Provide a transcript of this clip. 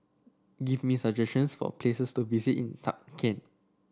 give me some suggestions for places to visit in Tashkent